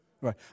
Right